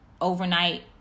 overnight